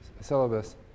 syllabus